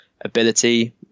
ability